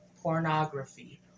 pornography